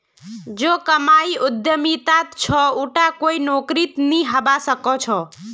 जो कमाई उद्यमितात छ उटा कोई नौकरीत नइ हबा स ख छ